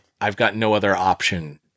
I've-got-no-other-option